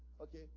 okay